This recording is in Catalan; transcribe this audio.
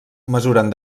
mesuren